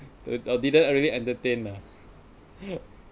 I didn't really entertain lah